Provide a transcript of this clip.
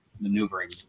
maneuvering